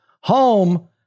home